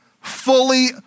fully